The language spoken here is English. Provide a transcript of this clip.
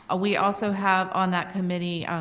ah we also have on that committee,